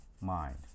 mind